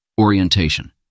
Orientation